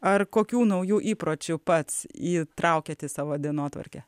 ar kokių naujų įpročių pats įtraukiat į savo dienotvarkę